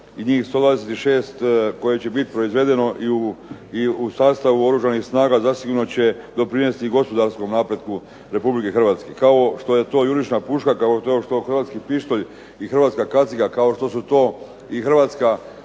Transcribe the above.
i njih 126 koje će biti proizvedeno u sastavu Oružanih snaga zasigurno će doprinijeti gospodarskom napretku Republike Hrvatske. Kao što je to jurišna puška, kao što je to Hrvatski pištolj i Hrvatska kaciga, kao što su to Hrvatska